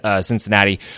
Cincinnati